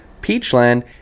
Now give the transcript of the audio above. Peachland